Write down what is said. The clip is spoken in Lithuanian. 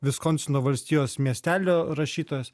viskonsino valstijos miestelio rašytojas